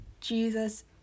Jesus